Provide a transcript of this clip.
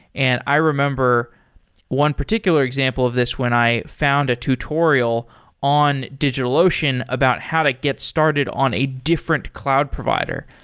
and i remember one particular example of this when i found a tutorial in digitalocean about how to get started on a different cloud provider.